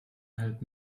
help